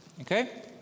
Okay